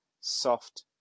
soft